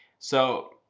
so,